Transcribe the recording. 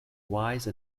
wise